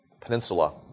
Peninsula